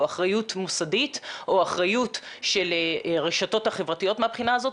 או אחריות מוסדית או אחריות של הרשתות החברתיות מהבחינה הזאת,